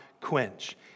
quench